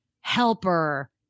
helper